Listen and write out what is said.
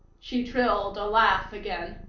she trilled a laugh again.